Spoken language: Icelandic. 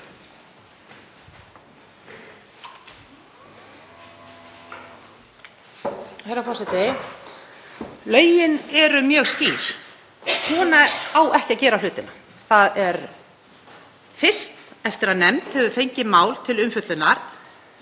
Herra forseti. Lögin eru mjög skýr: Svona á ekki að gera hlutina. Það er fyrst eftir að nefnd hefur fengið mál til umfjöllunar